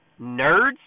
nerds